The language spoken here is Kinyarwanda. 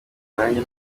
nanjye